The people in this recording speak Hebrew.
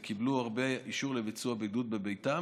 והרבה קיבלו אישור לביצוע בידוד בביתם,